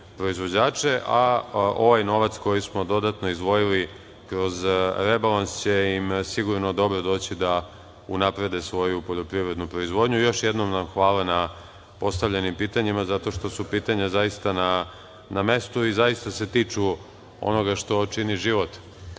Ovaj novac koji smo dodatno izdvojili kroz rebalans će im sigurno dobro doći da unaprede svoju poljoprivrednu proizvodnju. Još jednom vam hvala na postavljenim pitanjima zato što su pitanja zaista na mestu i zaista se tiču onoga što čini život